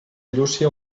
llúcia